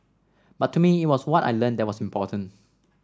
but to me it was what I learnt that was important